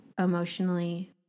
emotionally